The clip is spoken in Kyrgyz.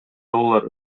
доллар